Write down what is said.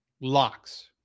Locks